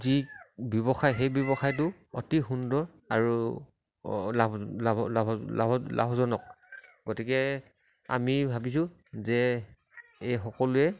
যি ব্যৱসায় সেই ব্যৱসায়টো অতি সুন্দৰ আৰু লাভ লাভ লাভ লাভ লাভজনক গতিকে আমি ভাবিছোঁ যে এই সকলোৱে